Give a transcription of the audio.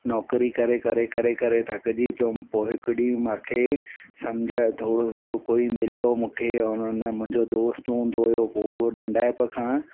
करे करे करे करे थकिजी वियुमि पोइ हिकु ॾींहुं मांखे सम्झ थोरो सो कोई मिलियो मूंखे उन मुंहिंजो दोस्त हूंदो हुओ पोइ उहो नंढाप खां